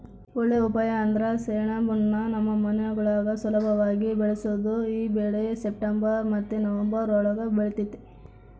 ಒಳ್ಳೇ ಉಪಾಯ ಅಂದ್ರ ಸೆಣಬುನ್ನ ನಮ್ ಮನೆಗುಳಾಗ ಸುಲುಭವಾಗಿ ಬೆಳುಸ್ಬೋದು ಈ ಬೆಳೆ ಸೆಪ್ಟೆಂಬರ್ ಮತ್ತೆ ನವಂಬರ್ ಒಳುಗ ಬೆಳಿತತೆ